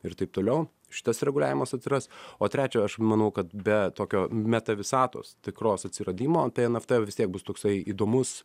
ir taip toliau šitas reguliavimas atsiras o trečia aš manau kad be tokio metavisatos tikros atsiradimo nft vis tiek bus toksai įdomus